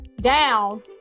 down